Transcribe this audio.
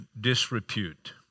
disrepute